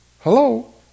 Hello